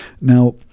Now